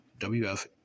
WF